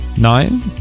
nine